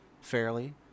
fairly